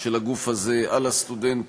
של הגוף הזה על הסטודנטים,